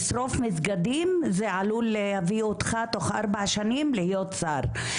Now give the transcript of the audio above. לשרוף מסגדים זה עלול להביא אותך תוך ארבע שנים להיות שר,